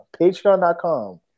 Patreon.com